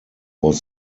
was